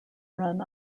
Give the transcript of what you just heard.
run